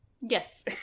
Yes